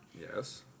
Yes